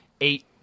eight